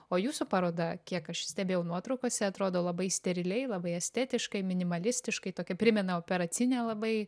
o jūsų paroda kiek aš stebėjau nuotraukose atrodo labai steriliai labai estetiškai minimalistiškai tokia primena operacinę labai